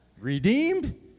redeemed